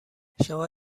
شما